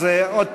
אז עוד הפעם,